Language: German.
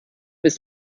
ist